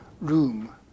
room